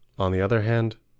on the other hand,